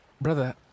Brother